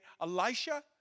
Elisha